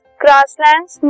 grasslands